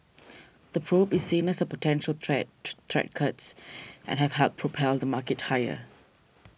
the probe is seen as a potential threat to threat cuts and have helped propel the market higher